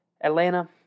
Atlanta